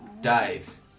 Dave